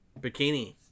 bikini